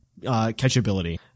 catchability